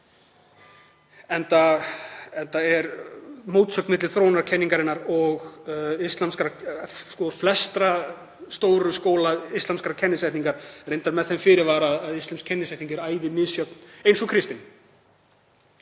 enda er mótsögn milli þróunarkenningarinnar og flestra stóru skóla íslamskrar kennisetninga, reyndar með þeim fyrirvara að íslömsk kennisetning er æðimisjöfn eins og kristnin.